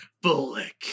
Bullock